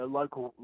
local